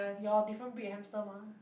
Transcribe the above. your different breed hamster mah